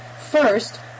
first